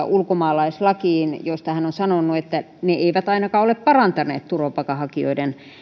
ulkomaalaislakiin joista hän on sanonut että ne eivät ole ainakaan parantaneet turvapaikanhakijoiden